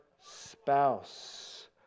spouse